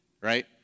right